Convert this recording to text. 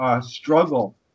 struggle